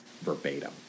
verbatim